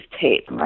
tape